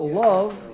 love